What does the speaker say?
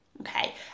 Okay